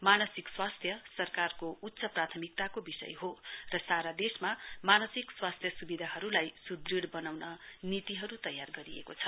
मानसिक स्वास्थ्य सरकारको उच्च प्रथामिकताको विषय हो र सारा देशमा मानसिक स्वास्थ्य सुविधाहरुलाई सुढृञढ़ वनाउन नीतिहरु तयार गरिएको छ